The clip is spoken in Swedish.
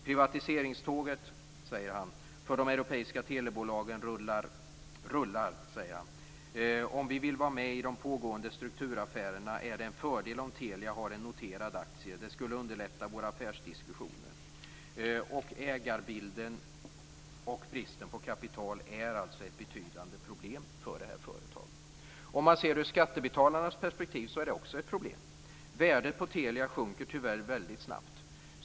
"Privatiseringståget för de europeiska telebolagen rullar, säger han. Om vi vill vara med i de pågående strukturaffärerna är det en fördel om Telia har en noterad aktie. Det skulle underlätta våra affärsdiskussioner." Ägarbilden och bristen på kapital är alltså ett betydande problem för detta företag. Om man ser det ur skattebetalarnas perspektiv är det också ett problem. Värdet på Telia sjunker tyvärr väldigt snabbt.